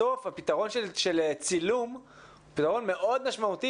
בסוף הפתרון של צילום הוא פתרון מאוד משמעותי